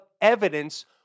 evidence